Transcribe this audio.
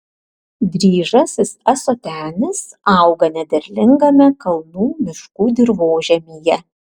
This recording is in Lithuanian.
dryžasis ąsotenis auga nederlingame kalnų miškų dirvožemyje